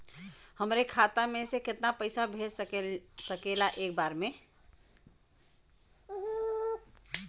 हमरे खाता में से कितना पईसा भेज सकेला एक बार में?